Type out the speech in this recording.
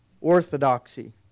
orthodoxy